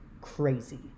crazy